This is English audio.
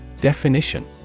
Definition